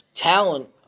talent